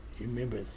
remember